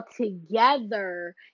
together